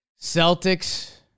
Celtics